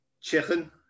chicken